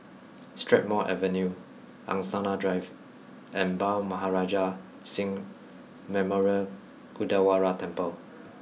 Strathmore Avenue Angsana Drive and Bhai Maharaj Singh Memorial Gurdwara Temple